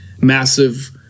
massive